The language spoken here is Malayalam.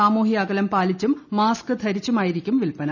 സാമൂഹ്യ അകലം പാലിച്ചും മാസ്ക് ധരിച്ചുമായിരിക്കണം വിൽപ്പന